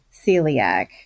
celiac